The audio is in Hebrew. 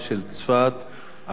על הסתה לגזענות,